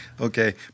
Okay